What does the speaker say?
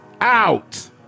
out